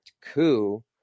coup